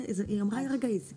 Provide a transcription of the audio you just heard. מאנשים שקיבלו רישיונות חדשים?